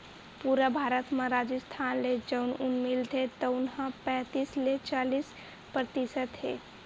पूरा भारत म राजिस्थान ले जउन ऊन मिलथे तउन ह पैतीस ले चालीस परतिसत हे